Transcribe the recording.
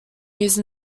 used